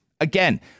again